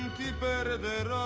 better than